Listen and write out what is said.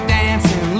dancing